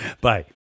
Bye